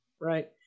right